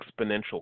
exponential